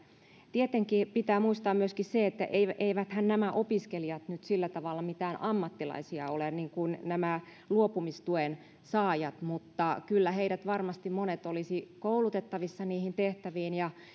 tietenkin pitää muistaa myöskin se että eiväthän nämä opiskelijat nyt sillä tavalla mitään ammattilaisia ole niin kuin nämä luopumistuen saajat mutta kyllä heistä varmasti monet olisivat koulutettavissa niihin tehtäviin